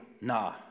Nah